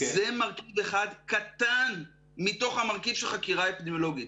זה מרכיב אחד קטן מתוך המרכיב של חקירה אפידמיולוגית.